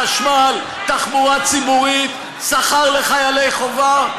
חשמל ותחבורה ציבורית והעלו את שכר חיילי החובה?